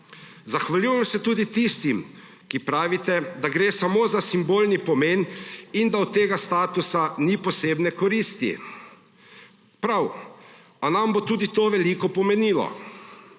Zahvaljujem se tudi tistim, ki pravite, da gre samo za simbolni pomen in da od tega statusa ni posebne koristi. Prav, a nam bo tudi to veliko pomenilo.